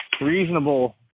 reasonable